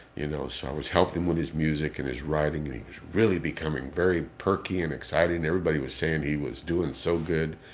you know, so i was helping him with his music and his writing. and he was really becoming very perky and excited. and everybody was saying he was doing so good.